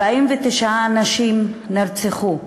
49 אנשים נרצחו,